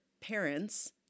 parents